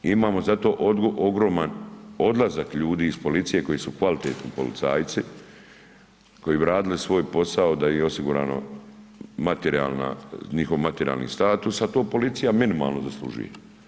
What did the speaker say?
I imamo zato ogroman odlazak ljudi iz policije koji su kvalitetni policajci, koji bi radili svoj posao da im je osigurana njihov materijalni status, a to policija minimalno zaslužuje.